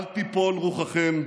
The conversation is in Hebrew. אל תיפול רוחכם,